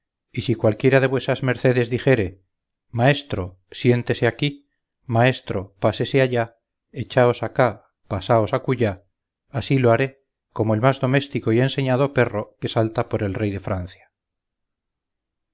y si cualquiera de vuesas mercedes dijere maestro siéntese aquí maestro pásese allí echaos acá pasaos acullá así lo haré como el más doméstico y enseñado perro que salta por el rey de francia